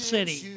City